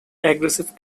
aggressive